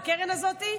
הקרן הזאת,